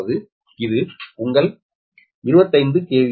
அதாவது இது உங்கள் 25 கே